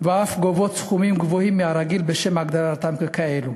ואף גובות סכומים גבוהים מהרגיל בשל הגדרתם ככאלה.